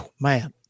man